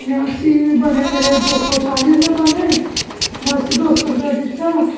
में उसी बने मेरे दो सो चाली रपे बने में उसी दो सो रपेआ दित्ता